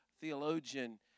theologian